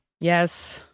Yes